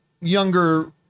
younger